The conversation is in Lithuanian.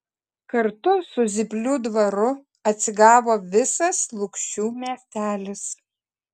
kartu su zyplių dvaru atsigavo visas lukšių miestelis